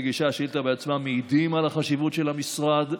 מגישי השאילתה בעצמם מעידים על החשיבות של המשרד.